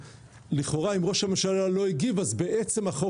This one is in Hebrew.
שלכאורה אם ראש הממשלה לא הגיב אז החוק